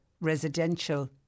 residential